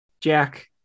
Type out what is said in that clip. Jack